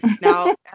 Now